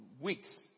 weeks